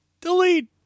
Delete